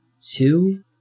two